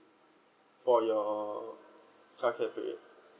for your childcare period